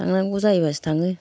थांनांगौ जायोबासो थाङो